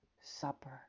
supper